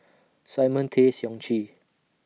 Simon Tay Seong Chee